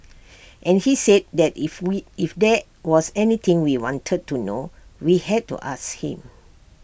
and he said that if we if there was anything we wanted to know we had to ask him